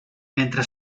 mentre